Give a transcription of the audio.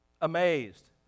Amazed